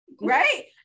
right